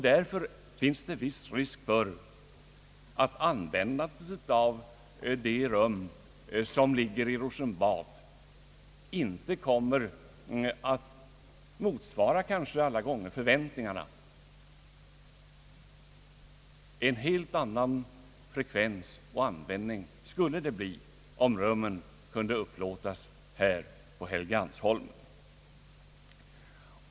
Därför finns det viss risk för att användandet av de rum som ligger i Rosenbad kanske inte alla gånger kommer att motsvara förväntningarna. En helt annan frekvens och användning skulle det bli om rummen kunde upplåtas här på Helgeandsholmen.